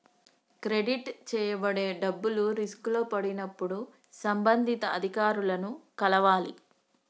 credit చేయబడే డబ్బులు రిస్కులో పడినప్పుడు సంబంధిత అధికారులను కలవాలి